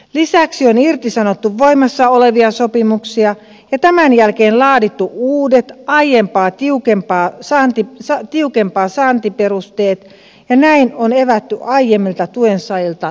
lisäksi on irtisanottu voimassa olevia sopimuksia ja tämän jälkeen laadittu uudet aiempaa tiukemmat saantiperusteet ja näin on evätty aiemmilta tuensaajilta tuen jako